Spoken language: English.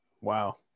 Wow